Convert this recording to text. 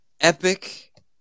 epic